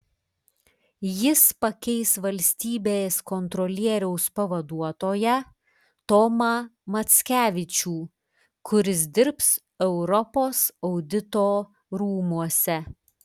jis pakeis valstybės kontrolieriaus pavaduotoją tomą mackevičių kuris dirbs europos audito rūmuose